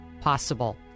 possible